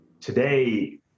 Today